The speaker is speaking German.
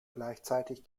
gleichzeitig